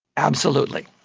absolutely.